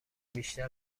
بیشتر